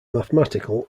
mathematical